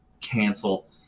cancel